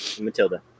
Matilda